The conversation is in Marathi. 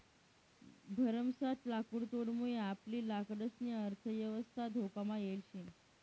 भरमसाठ लाकुडतोडमुये आपली लाकडंसनी अर्थयवस्था धोकामा येल शे